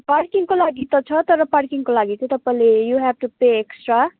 पार्किङको लागि त छ तर पार्किङको लागि चाहिँ तपाईँले you have to pay extra